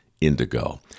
indigo